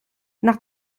nach